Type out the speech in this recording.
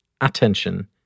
attention